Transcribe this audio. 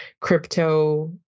crypto